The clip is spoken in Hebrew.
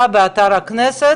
לכן,